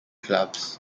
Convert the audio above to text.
clubs